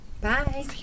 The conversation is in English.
Bye